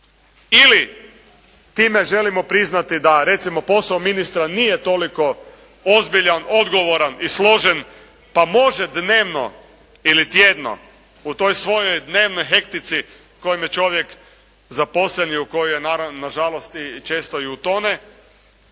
Ili time želimo priznati da recimo posao ministra nije toliko ozbiljan, odgovoran i složen, pa može dnevno ili tjedno u toj svojoj dnevnoj hektici u kojem je čovjek zaposlen i u kojoj naravno na žalost i često i utone,